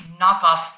knockoff